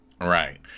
Right